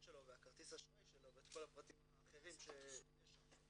שלו וכרטיס האשראי שלו וכל הדברים האחרים שיש שם.